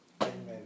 Amen